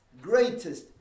greatest